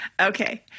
Okay